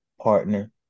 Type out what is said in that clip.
partner